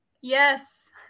Yes